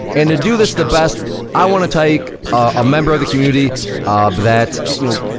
and to do this the best i wanna take a member of the community that, you know,